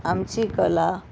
आमची कला